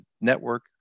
network